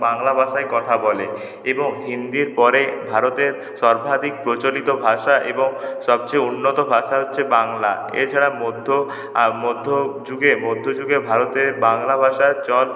বাংলা ভাষায় কথা বলে এবং হিন্দির পরে ভারতের সর্বাধিক প্রচলিত ভাষা এবং সবচেয়ে উন্নত ভাষা হচ্ছে বাংলা এছাড়া মধ্য মধ্য যুগে মধ্য যুগে ভারতে বাংলা ভাষার চল